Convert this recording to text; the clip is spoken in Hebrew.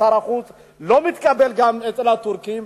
שר החוץ לא מתקבל גם אצל הטורקים,